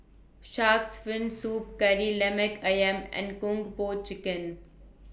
Shark's Fin Soup Kari Lemak Ayam and Kung Po Chicken